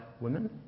women